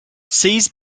seas